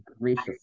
gracious